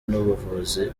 n’ubuvuzi